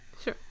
sure